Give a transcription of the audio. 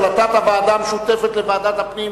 החלטת הוועדה המשותפת לוועדת הפנים